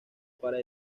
para